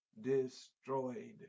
destroyed